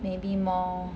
maybe more